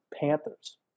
Panthers